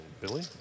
Billy